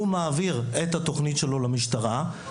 הוא מעביר את התוכנית שלו למשטרה,